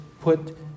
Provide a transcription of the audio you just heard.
put